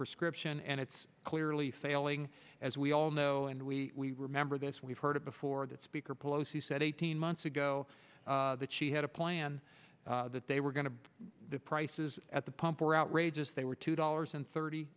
prescription and it's clearly failing as we all know and we remember this we've heard it before that speaker pelosi said eighteen months ago that she had a plan that they were going to the prices at the pump were outrageous they were two dollars and thirty